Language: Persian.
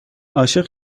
عاشق